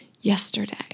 yesterday